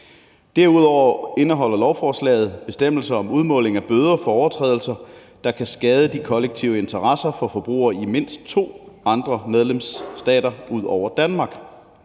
Derudover indeholder lovforslaget bestemmelser om udmåling af bøder for overtrædelser, der kan skade de kollektive interesser for forbrugere i mindst to andre medlemsstater ud over Danmark.